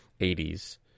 80s